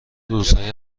روزهای